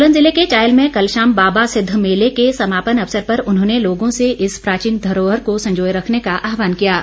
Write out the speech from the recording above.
सोलन जिले के चायल में कल शाम बाबा सिद्ध मेले के समापन अवसर पर उन्होंने लोगों से इस प्राचीन धरोहर को संजोए रखने का आहवान किया है